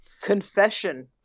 confession